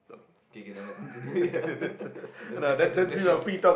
okay okay nevermind continue yeah let's get back to the questions